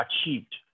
achieved